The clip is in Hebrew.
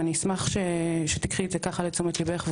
ואני אשמח שתיקחי את זה לתשומת ליבך,